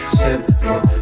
simple